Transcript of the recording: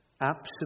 absolute